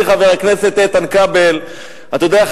אתה יודע,